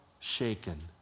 shaken